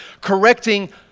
correcting